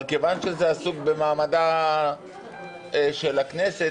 אבל כיוון שזה עסוק במעמדה של הכנסת,